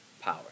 power